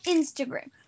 Instagram